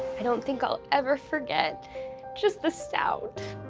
i don't think i'll ever forget just the sound